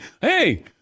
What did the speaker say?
hey